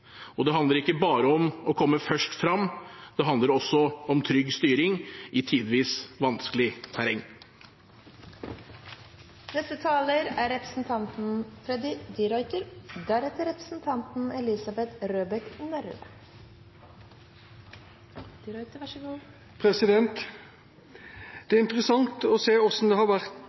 Og det handler ikke bare om å komme først frem, det handler også om trygg styring i tidvis vanskelig terreng. Det er interessant å se at det har vært